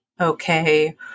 okay